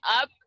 up